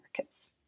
markets